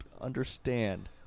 understand